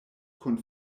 kun